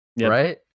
right